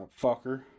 fucker